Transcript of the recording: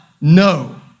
No